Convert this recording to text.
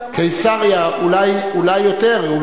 לגור בקיסריה, אולי יותר - זאת אחת הבעיות הקשות.